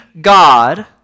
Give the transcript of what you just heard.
God